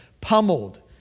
pummeled